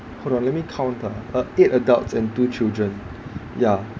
hold on let me count ah uh eight adults and two children yeah